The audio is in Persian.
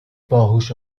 باهوش